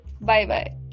Bye-bye